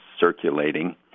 circulating